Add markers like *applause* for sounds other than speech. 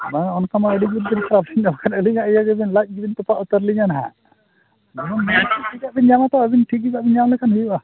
ᱦᱮᱸ ᱚᱱᱠᱟᱢᱟ ᱟᱹᱰᱤ ᱫᱤᱱ ᱠᱷᱚᱱ *unintelligible* ᱟᱹᱞᱤᱧᱟᱜ ᱤᱭᱟᱹ ᱜᱮᱵᱤᱱ ᱞᱟᱡ ᱜᱮᱵᱤᱱ ᱛᱚᱯᱟᱜ ᱩᱛᱟᱹᱨ ᱞᱤᱧᱟ ᱦᱟᱜ ᱧᱟᱢ ᱟᱹᱵᱤᱱ *unintelligible* ᱟᱹᱵᱤᱱ ᱴᱷᱤᱠᱟ ᱵᱤᱱ ᱧᱟᱢ ᱞᱮᱠᱷᱟᱱ ᱦᱩᱭᱩᱜᱼᱟ